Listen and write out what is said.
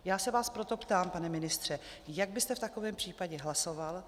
Já se vás proto ptám, pane ministře, jak byste v takovém případě hlasoval.